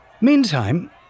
Meantime